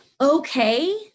okay